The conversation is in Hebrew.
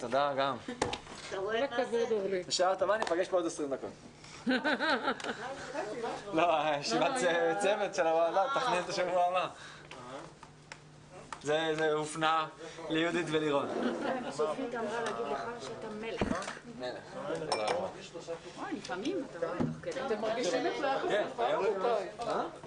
הישיבה ננעלה בשעה 14:40.